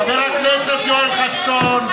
חבר הכנסת יואל חסון.